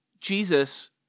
Jesus